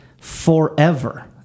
forever